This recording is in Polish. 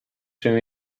się